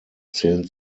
zählen